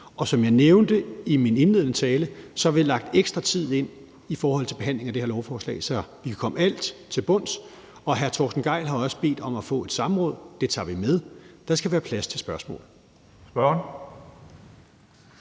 Som jeg nævnte i min indledende tale, har vi lagt ekstra tid ind i forhold til behandling af det her lovforslag, så vi kan komme til bunds i alt. Og hr. Torsten Gejl har også bedt om at få et samråd. Det tager vi med. Der skal være plads til spørgsmål.